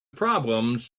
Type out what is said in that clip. problems